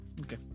Okay